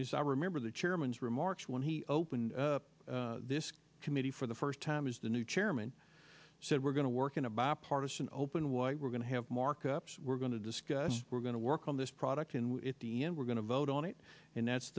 is i remember the chairman's remarks when he opened up this committee for the first time as the new chairman said we're going to work in a bipartisan open while we're going to have markups we're going to discuss we're going to work on this product in the end we're going to vote on it and that's